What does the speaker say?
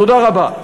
תודה רבה.